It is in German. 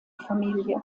familie